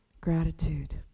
Gratitude